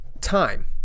time